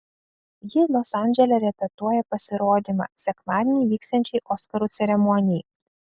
ji los andžele repetuoja pasirodymą sekmadienį vyksiančiai oskarų ceremonijai